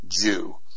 Jew